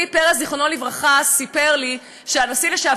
הנשיא פרס,